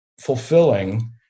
fulfilling